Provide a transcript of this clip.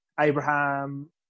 Abraham